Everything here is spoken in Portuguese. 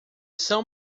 são